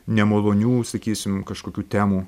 nemalonių sakysim kažkokių temų